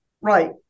right